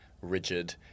rigid